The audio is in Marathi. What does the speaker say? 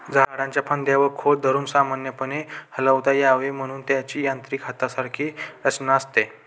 झाडाच्या फांद्या व खोड धरून सामान्यपणे हलवता यावे म्हणून त्याची यांत्रिक हातासारखी रचना असते